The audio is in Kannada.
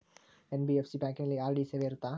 ಎನ್.ಬಿ.ಎಫ್.ಸಿ ಬ್ಯಾಂಕಿನಲ್ಲಿ ಆರ್.ಡಿ ಸೇವೆ ಇರುತ್ತಾ?